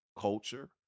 culture